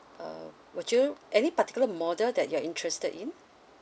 uh would you any particular model that you are interested in